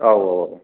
औ औ